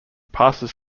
passes